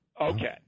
Okay